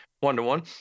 one-to-one